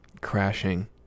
crashing